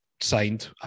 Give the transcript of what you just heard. signed